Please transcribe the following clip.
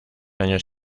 años